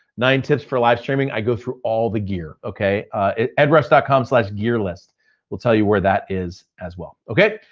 nine tips for live streaming. i go through all the gear. at edrush dot com slash gearlist will tell you where that is, as well. okay,